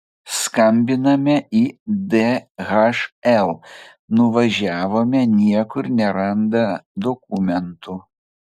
skambiname į dhl nuvažiavome niekur neranda dokumentų